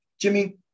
Jimmy